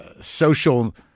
social